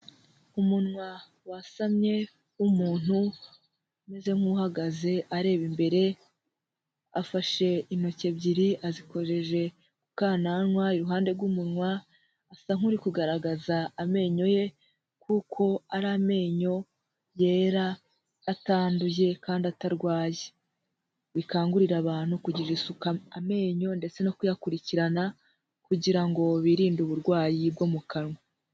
Umunwa wasamye w'umuntu umezeze nk'uhagaze areba, imbere afashe intoki ebyiri azikoreshe kukananwa iruhande rw'umunwa, asa nk'uri kugaragaza amenyo ye kuko ari amenyo yera, atanduye kandi atarwaye. Bikangurira abantu kugira isuku amenyo ndetse no kuyakurikirana kugira ngo birinde uburwayi bwo mu kanwa.